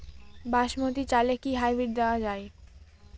বাসমতী চালে কি হাইব্রিড দেওয়া য়ায়?